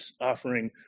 offering